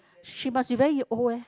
she must be very old eh